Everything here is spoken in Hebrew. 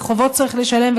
וחובות צריך לשלם,